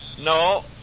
No